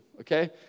okay